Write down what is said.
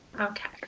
okay